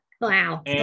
Wow